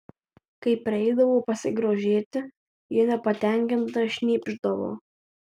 kai prieidavau pasigrožėti ji nepatenkinta šnypšdavo